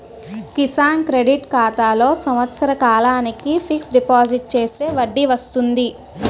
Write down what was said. Kisan credit ఖాతాలో సంవత్సర కాలానికి ఫిక్స్ డిపాజిట్ చేస్తే వడ్డీ వస్తుంది